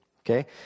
Okay